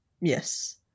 yes